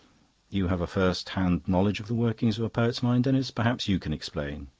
you have a first-hand knowledge of the workings of a poet's mind, denis perhaps you can explain.